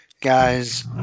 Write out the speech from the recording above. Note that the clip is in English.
guys